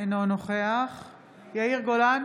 אינו נוכח יאיר גולן,